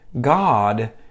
God